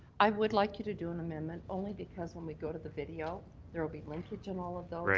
i would like you to do an amendment only because when we go to the video there will be linkage on all of those.